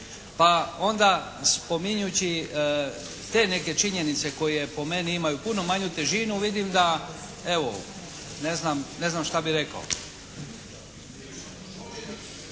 Pa onda spominjući te neke činjenice koje po meni imaju puno manju težinu vidim da evo ne znam, ne znam šta bi rekao.